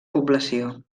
població